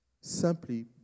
Simply